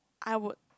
I would